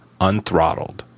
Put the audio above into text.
unthrottled